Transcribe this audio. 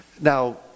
Now